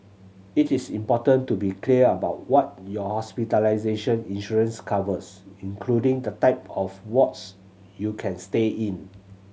it is important to be clear about what your hospitalization insurance covers including the type of wards you can stay in